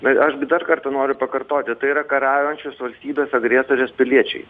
tai aš gi dar kartą noriu pakartoti tai yra kariaujančios valstybės agresorės piliečiai